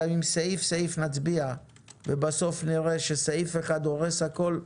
גם אם נצביע סעיף-סעיף ובסוף נראה שסעיף אחד הורס הכול,